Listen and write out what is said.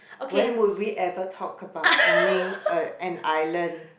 when would we ever talk about owning a an island